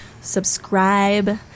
Subscribe